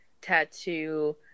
tattoo